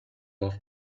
off